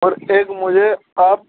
اور ایک مجھے آپ